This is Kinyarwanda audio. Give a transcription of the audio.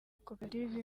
koperative